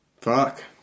Fuck